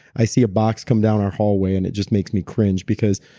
i see a box come down our hallway and it just makes me cringe because,